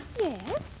Yes